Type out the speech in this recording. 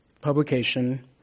publication